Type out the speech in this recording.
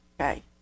Okay